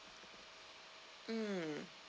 mm